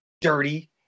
dirty